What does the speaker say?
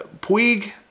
Puig